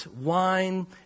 wine